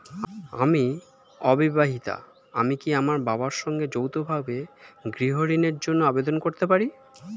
আমি অবিবাহিতা আমি কি আমার বাবার সঙ্গে যৌথভাবে গৃহ ঋণের জন্য আবেদন করতে পারি?